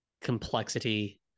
complexity